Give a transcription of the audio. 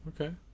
Okay